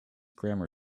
grammar